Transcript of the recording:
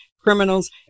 criminals